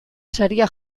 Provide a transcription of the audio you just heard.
saria